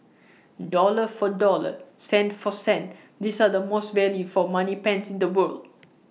dollar for dollar cent for cent these are the most value for money pens in the world